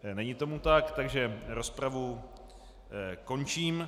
Není tomu tak, takže rozpravu končím.